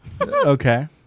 Okay